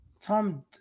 Tom